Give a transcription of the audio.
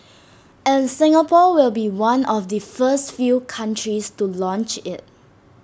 and Singapore will be one of the first few countries to launch IT